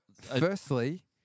Firstly